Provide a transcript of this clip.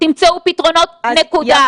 תמצאו פתרונות, נקודה.